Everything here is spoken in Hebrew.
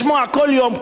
כדי לשמוע כל יום,